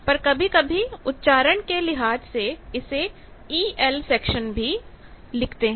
पर कभी कभी उच्चारण के लिहाज से इसे EL सेक्शन भी कहते हैं